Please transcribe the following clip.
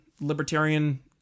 libertarian